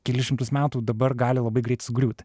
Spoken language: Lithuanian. kelis šimtus metų dabar gali labai greit sugriūti